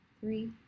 three